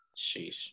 sheesh